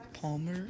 Palmer